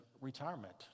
retirement